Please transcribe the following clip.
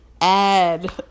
add